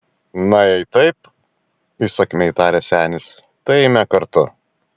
na jei taip įsakmiai tarė senis tai eime kartu